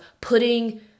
putting